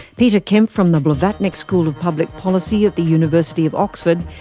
peter kemp from the blavatnik school of public policy at the university of oxford,